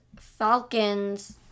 Falcons